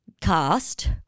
cast